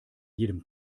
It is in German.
jedem